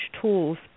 tools